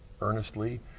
earnestly